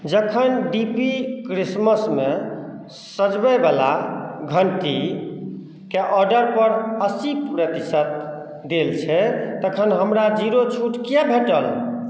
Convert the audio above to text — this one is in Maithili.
जखन डी पी क्रिसमसमे सजबैवला घण्टीके ऑडरपर अस्सी प्रतिशत देल छै तखन हमरा जीरो छूट किएक भेटल